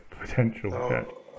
potential